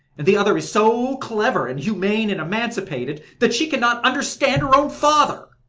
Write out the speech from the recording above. and the other is so clever and humane and emancipated that she cannot understand her own father!